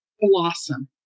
blossom